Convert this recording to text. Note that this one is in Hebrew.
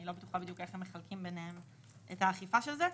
לא בטוחה בדיוק איך הם מחלקים ביניהם את האכיפה של זה.